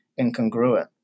incongruent